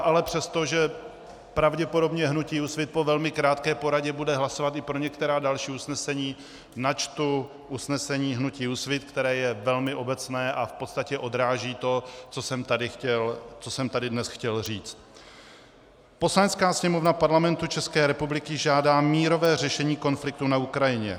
Ale přesto, že pravděpodobně hnutí Úsvit po velmi krátké poradě bude hlasovat i pro některá další usnesení, načtu usnesení hnutí Úsvit, které je velmi obecné a v podstatě odráží to, co jsem tady dnes chtěl říct: Poslanecká sněmovna Parlamentu České republiky žádá mírové řešení konfliktu na Ukrajině.